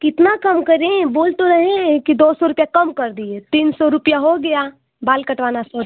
कितना कम करें बोल तो रहे हैं कि दो सौ रुपया कम कर दिए तीन सौ रुपया हो गया बाल कटवाना सौ